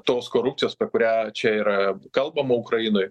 tos korupcijos kurią čia yra kalbama ukrainoj